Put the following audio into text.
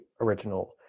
original